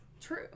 true